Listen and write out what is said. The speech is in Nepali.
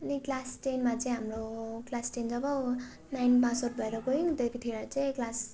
अनि क्लास टेनमा चाहिँ हाम्रो क्लास टेन जब नाइन पासआउट भएर गयौँ त्यतिखेर चाहिँ क्लास